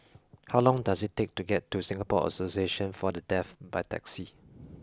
how long does it take to get to Singapore Association For The Deaf by taxi